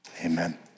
Amen